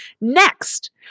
Next